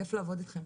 וכיף לעבוד אתכם.